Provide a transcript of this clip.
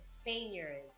Spaniards